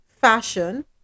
fashion